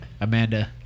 Amanda